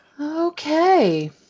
Okay